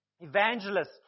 Evangelists